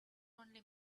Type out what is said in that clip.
only